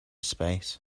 space